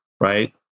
right